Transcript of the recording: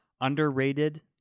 Underrated